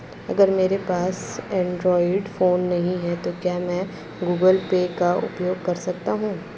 अगर मेरे पास एंड्रॉइड फोन नहीं है तो क्या मैं गूगल पे का उपयोग कर सकता हूं?